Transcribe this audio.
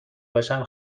باشم